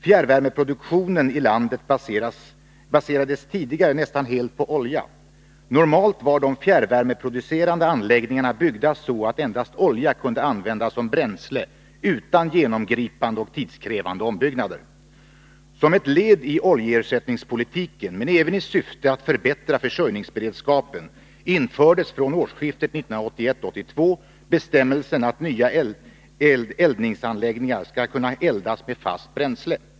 Fjärrvärmeproduktionen i landet baserades tidigare nästan helt på olja. Normalt var de fjärrvärmeproducerande anläggningarna byggda så att endast olja kunde användas som bränsle utan genomgripande och tidskrävande ombyggnader. Som ett led i oljeersättningspolitiken men även i syfte att förbättra försörjningsberedskapen infördes från årsskiftet 1981-1982 bestämmelsen att nya eldningsanläggningar skall kunna eldas med fast bränsle.